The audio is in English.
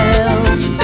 else